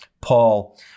Paul